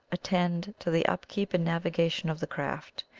attend to the up keep and navigation of the craft,